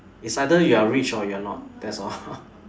is either you're rich or you're not that's all